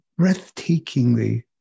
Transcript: breathtakingly